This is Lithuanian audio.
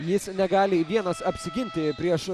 jis negali vienas apsiginti prieš